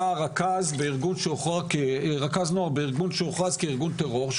רכז נוער בארגון שהוכרז כארגון טרור,